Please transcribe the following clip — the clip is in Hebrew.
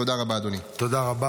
תודה רבה,